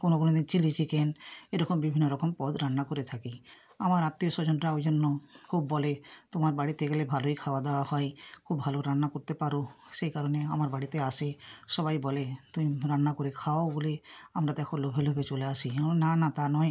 কোনো কোনো দিন চিলি চিকেন এরকম বিভিন্ন রকম পদ রান্না করে থাকি আমার আত্মীয় স্বজনরা ওই জন্য খুব বলে তোমার বাড়িতে গেলে ভালোই খাওয়া দাওয়া হয় খুব ভালো রান্না করতে পারো সেই কারণে আমার বাড়িতে আসে সবাই বলে তুমি রান্না করে খাওয়াও বলে আমরা দেখো লোভে লোভে চলে আসি হুম না না তা নয়